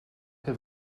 have